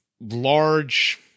large